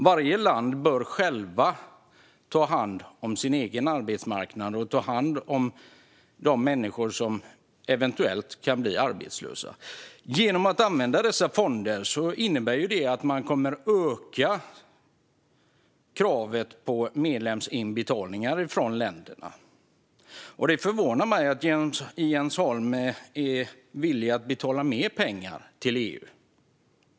Varje land bör självt ta hand om sin egen arbetsmarknad och ta hand om de människor som eventuellt kan bli arbetslösa. Genom att använda dessa fonder kommer man att behöva öka kravet på medlemsinbetalningar från länderna. Det förvånar mig att Jens Holm är villig att betala mer pengar till EU.